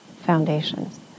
foundations